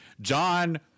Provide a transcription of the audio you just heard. John